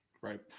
Right